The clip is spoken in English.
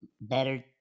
better